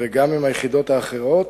וגם עם היחידות האחרות,